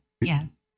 Yes